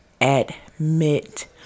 admit